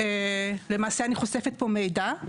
למעשה אני חושפת פה מידע.